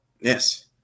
Yes